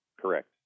Correct